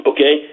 Okay